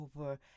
over